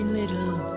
little